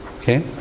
okay